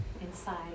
inside